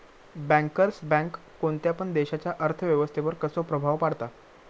Bankers bank कोणत्या पण देशाच्या अर्थ व्यवस्थेवर कसो प्रभाव पाडता?